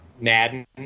madden